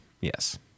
Yes